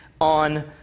on